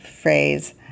phrase